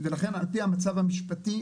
ולכן על פי המצב המשפטי,